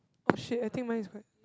oh shit I think mine is quite